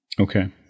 Okay